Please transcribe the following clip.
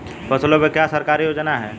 फसलों पे क्या सरकारी योजना है?